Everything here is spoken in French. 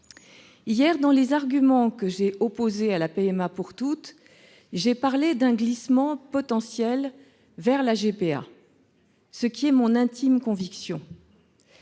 Hier, dans les arguments que j'ai opposés à la PMA pour toutes, j'ai évoqué un glissement potentiel vers la GPA. C'est mon intime conviction.